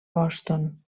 boston